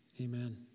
Amen